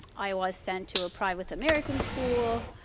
i was sent to a private american school.